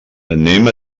anem